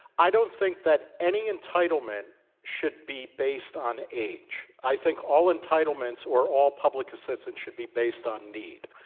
i don't think that any entitlement should be based on age. i think all entitlements or all public assistance should be based on need.